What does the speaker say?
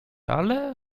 ale